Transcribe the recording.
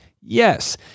yes